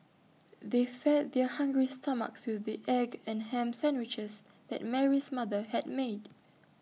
they fed their hungry stomachs with the egg and Ham Sandwiches that Mary's mother had made